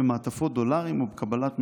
"במעטפות דולרים או בקבלת מזומן.